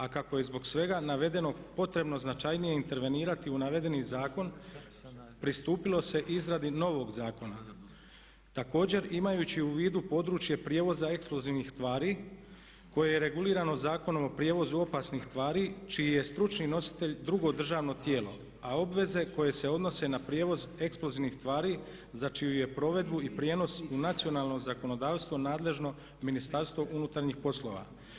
A kako je zbog svega navedenog potrebno značajnije intervenirati u navedeni zakon pristupilo se izradi novog zakona, također imajući u vidu područje prijevoza eksplozivnih tvari koje je regulirano Zakonom o prijevozu opasnih tvari čiji je stručni nositelj drugo državno tijelo a obveze koje se odnose na prijevoz eksplozivnih tvari za čiju je provedbu i prijenos u nacionalno zakonodavstvo nadležno Ministarstvo unutarnjih poslova.